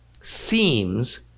seems